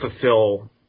fulfill